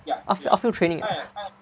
out~ outfield training ah